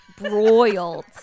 Broiled